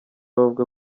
bavuga